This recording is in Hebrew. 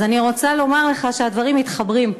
אז אני רוצה לומר לך שהדברים מתחברים.